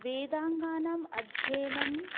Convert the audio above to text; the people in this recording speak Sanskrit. वेदाङ्गानाम् अध्ययनम्